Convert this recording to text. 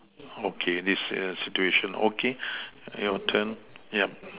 okay this err situation okay your turn yup